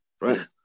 Right